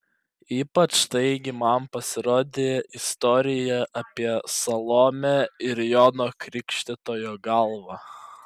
ypač įtaigi man pasirodė istorija apie salomę ir jono krikštytojo galvą